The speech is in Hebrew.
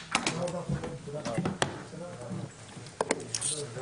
הישיבה ננעלה בשעה 13:03.